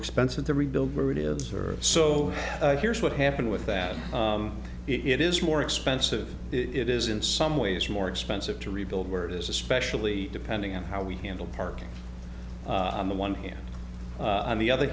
expensive to rebuild where it is or so here's what happened with that it is more expensive it is in some ways more expensive to rebuild where it is especially depending on how we handle parking on the one hand on the other